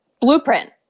blueprint